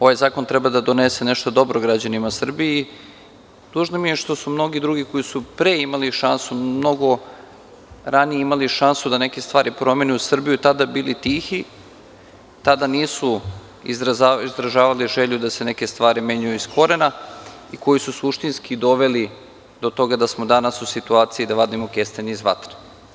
Ovaj zakon treba da donese dobro nešto građanima Srbije i tužno mi je što su mnogi drugi ljudi koji su pre imali šansu, koji su mnogo ranije imali šanse da neke stvari promene u Srbiji, tada bili tihi, tada nisu izražavali želju da se neke stvari menjaju iz korena i koji su suštinski doveli do toga da smo danas u situaciji da vadimo kestenje iz vatre.